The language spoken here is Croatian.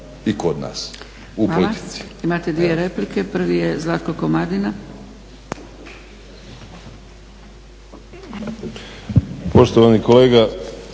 i kod nas u politici.